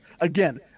Again